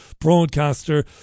broadcaster